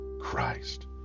Christ